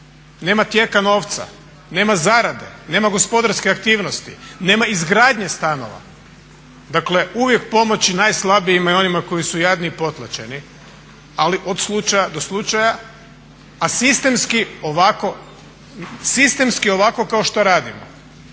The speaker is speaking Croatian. nema tijeka novca, nema zarade, nema gospodarske aktivnosti, nema izgradnje stanova. Dakle, uvijek pomoći najslabijima i onima koji su jadni i potlačeni ali od slučaja do slučaja, a sistemski ovako kao što radimo